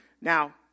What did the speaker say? Now